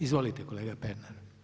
Izvolite kolega Pernar.